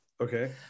Okay